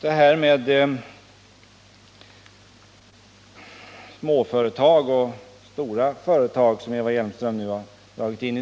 Eva Hjelmström tog vidare upp en debatt om småföretag och stora företag.